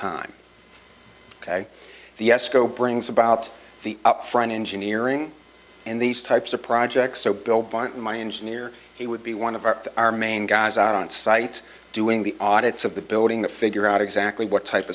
time ok the esko brings about the upfront engineering and these types of projects so built by my engineer he would be one of our our main guys on site doing the audits of the building that figure out exactly what type